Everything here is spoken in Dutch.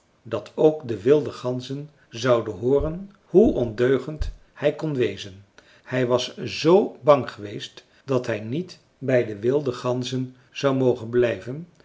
dat ook de wilde ganzen zouden hooren hoe ondeugend hij kon wezen hij was z bang geweest dat hij niet bij de wilde ganzen zou mogen blijven